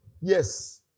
Yes